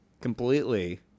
completely